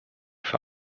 für